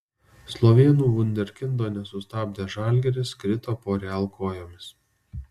slovėnų vunderkindo nesustabdęs žalgiris krito po real kojomis